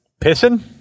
pissing